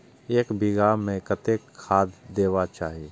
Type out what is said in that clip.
एक बिघा में कतेक खाघ देबाक चाही?